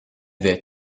wird